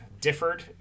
differed